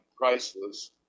priceless